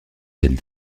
celle